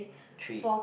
three